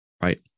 right